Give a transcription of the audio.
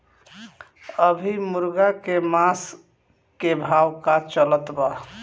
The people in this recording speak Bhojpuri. अभी मुर्गा के मांस के का भाव चलत बा?